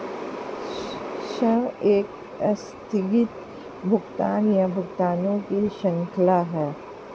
ऋण एक आस्थगित भुगतान, या भुगतानों की श्रृंखला है